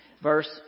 Verse